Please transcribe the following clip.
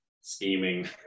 scheming